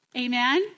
Amen